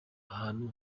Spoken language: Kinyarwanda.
ahantu